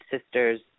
sister's